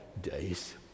days